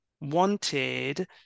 wanted